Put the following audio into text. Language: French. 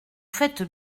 faites